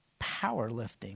powerlifting